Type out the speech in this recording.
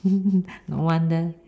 no wonder